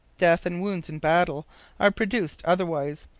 death and wounds in battle are produced otherwise,